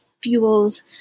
fuels